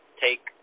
take